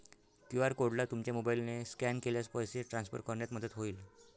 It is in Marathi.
क्यू.आर कोडला तुमच्या मोबाईलने स्कॅन केल्यास पैसे ट्रान्सफर करण्यात मदत होईल